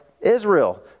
Israel